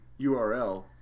URL